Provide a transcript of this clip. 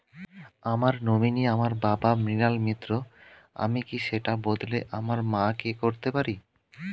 আমার নমিনি আমার বাবা, মৃণাল মিত্র, আমি কি সেটা বদলে আমার মা কে করতে পারি?